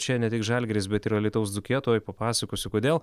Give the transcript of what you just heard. čia ne tik žalgiris bet ir alytaus dzūkija tuoj papasakosiu kodėl